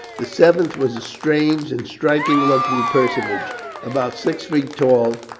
the seventh was a strange and striking-looking personage about six feet tall,